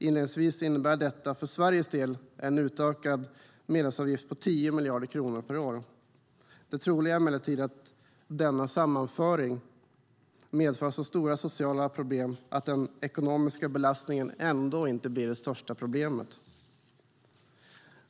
Inledningsvis innebär detta för Sveriges del en utökad medlemsavgift på 10 miljarder kronor per år. Det troliga är emellertid att denna sammanföring medför så stora sociala problem att den ekonomiska belastningen ändå inte blir det största problemet.